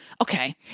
okay